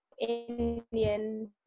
indian